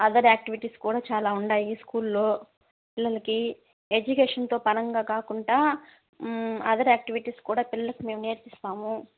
other activities కూడా చాలా ఉన్నాయి స్కూల్లో పిల్లలకి ఎడ్యుకేషన్తో పరంగా కాకుండా అదర్ యాక్టివిటీస్ కూడా పిల్లలకు మేము నేర్పిస్తాము